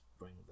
bring